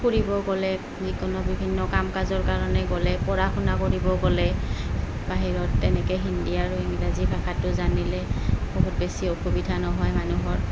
ফুৰিব গ'লে যিকোনো বিভিন্ন কাম কাজৰ কাৰণে গ'লে পঢ়া শুনা কৰিব গ'লে বাহিৰত তেনেকৈ হিন্দী আৰু ইংৰাজী ভাষাটো জানিলে বহুত বেছি অসুবিধা নহয় মানুহৰ